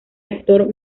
actor